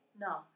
No